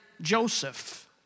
Joseph